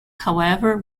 however